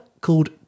called